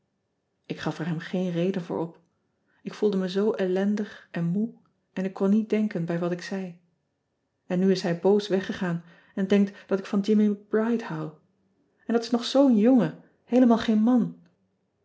k gaf er hem geen reden voor op k voelde me zoo ellendig en moe en ik kon niet denken bij wat ik zei n nu is hij boos weggegaan en denkt dat ik van immie c ride hou n dat is nog zoo n jongen heelemaal geen man